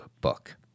book